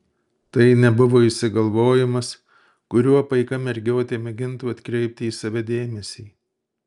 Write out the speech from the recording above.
tai nebuvo išsigalvojimas kuriuo paika mergiotė mėgintų atkreipti į save dėmesį